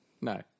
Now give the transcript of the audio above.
no